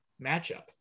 matchup